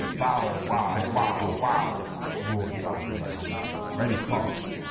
bow, wow, wow, wow! roared bowser the hound. reddy fox,